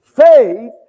Faith